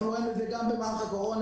אנחנו רואים את זה גם במהלך הקורונה.